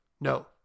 No